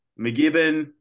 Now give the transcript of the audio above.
McGibbon